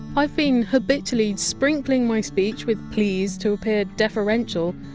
i! ve been habitually sprinkling my speech with! please! to appear deferential,